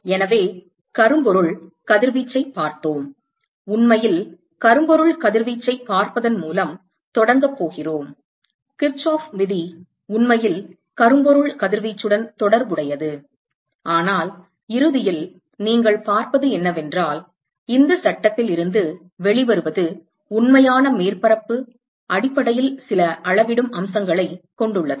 எனவே கரும்பொருள் கதிர்வீச்சைப் பார்த்தோம் உண்மையில் கரும்பொருள் கதிர்வீச்சைப் பார்ப்பதன் மூலம் தொடங்கப் போகிறோம் கிர்ச்சோஃப் விதி உண்மையில் கரும்பொருள் கதிர்வீச்சுடன் தொடர்புடையது ஆனால் இறுதியில் நீங்கள் பார்ப்பது என்னவென்றால் இந்தச் சட்டத்தில் இருந்து வெளிவருவது உண்மையான மேற்பரப்பு அடிப்படையில் சில அளவிடும் அம்சங்களைக் கொண்டுள்ளது